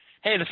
hey